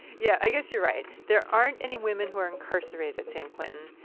yeah. i guess you're right. there aren't any women who are incarcerated at san quentin,